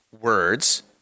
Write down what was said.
words